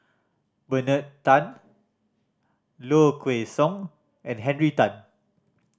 Bernard Tan Low Kway Song and Henry Tan